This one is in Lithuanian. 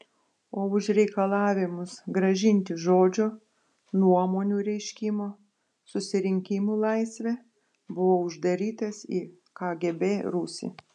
o už reikalavimus grąžinti žodžio nuomonių reiškimo susirinkimų laisvę buvau uždarytas į kgb rūsį